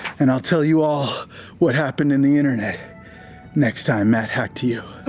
and i'll tell you all what happened in the internet next time. matt, hack to you.